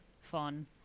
fun